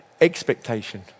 expectation